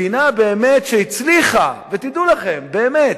מדינה שבאמת הצליחה, ותדעו לכם, באמת,